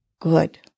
Good